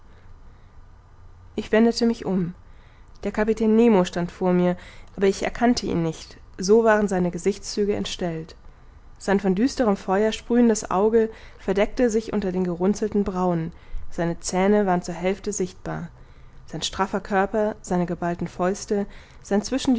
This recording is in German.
ich wendete mich um der kapitän nemo stand vor mir aber ich erkannte ihn nicht so waren seine gesichtszüge entstellt sein von düsterem feuer sprühendes auge verdeckte sich unter den gerunzelten brauen seine zähne waren zur hälfte sichtbar sein straffer körper seine geballten fäuste sein